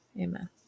Amen